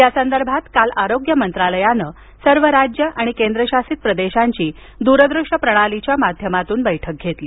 या संदर्भात काल आरोग्य मंत्रालयानं सर्व राज्यं आणि केंद्रशासित प्रदेशांची द्रदूश्य प्रणालीच्या माध्यमातून बैठक घेतली